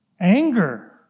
anger